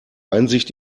einsicht